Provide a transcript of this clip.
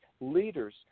Leaders